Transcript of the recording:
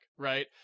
Right